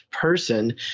person